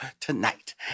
tonight